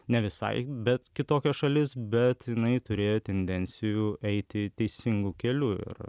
ne visai bet kitokia šalis bet jinai turėjo tendencijų eiti teisingu keliu ir